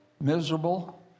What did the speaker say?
miserable